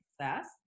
success